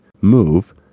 move